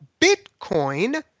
Bitcoin